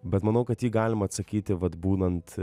bet manau kad jį galima atsakyti vat būnant